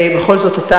בכל זאת,